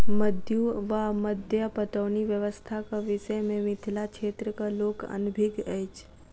मद्दु वा मद्दा पटौनी व्यवस्थाक विषय मे मिथिला क्षेत्रक लोक अनभिज्ञ अछि